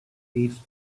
east